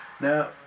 now